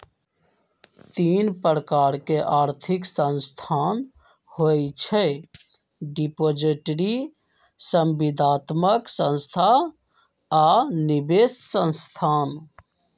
तीन प्रकार के आर्थिक संस्थान होइ छइ डिपॉजिटरी, संविदात्मक संस्था आऽ निवेश संस्थान